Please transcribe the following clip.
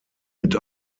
mit